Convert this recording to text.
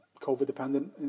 COVID-dependent